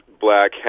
black